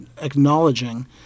acknowledging